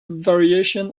variation